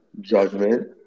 judgment